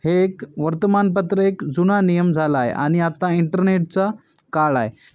हे एक वर्तमानपत्र एक जुना नियम झाला आहे आणि आता इंटरनेटचा काळा आहे